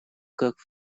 как